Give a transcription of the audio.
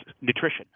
nutrition